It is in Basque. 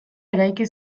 eraiki